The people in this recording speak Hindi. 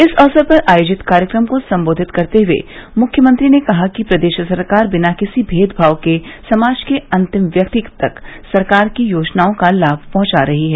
इस अवसर पर आयोजित कार्यक्रम को संबोधित करते हुये मुख्यमंत्री ने कहा कि प्रदेश सरकार बिना किसी भेदभाव के समाज के अंतिम व्यक्ति तक सरकार की योजनाओं का लाभ पहुंचा रही है